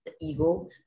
ego